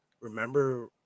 remember